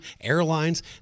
airlines